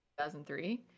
2003